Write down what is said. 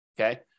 Okay